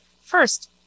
first